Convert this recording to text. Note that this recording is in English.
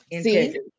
See